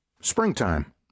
Springtime